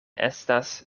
estas